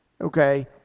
okay